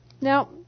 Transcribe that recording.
Now